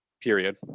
period